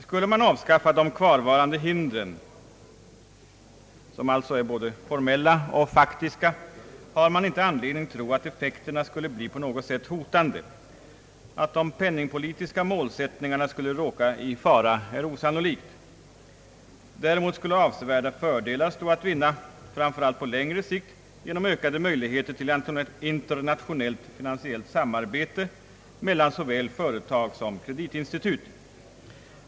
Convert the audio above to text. Skulle de kvarvarande hindren, som alltså är både formella och faktiska, avskaffas, finns det inte någon anledning att tro att effekterna skulle på något sätt bli hotande. Att de penningpolitiska målsättningarna skulle råka i fara är osannolikt. Däremot skulle avsevärda fördelar stå att vinna framför allt på längre sikt genom ökade möjligheter till internationellt finansiellt samarbete mellan såväl företag som kreditinstitut.